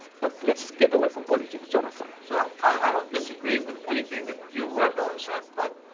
but let's get away from politics. jonathan. so i don't disagree with anything that you or bella said, but